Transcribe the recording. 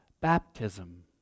baptism